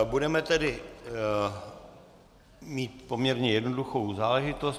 Budeme tedy mít poměrně jednoduchou záležitost.